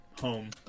home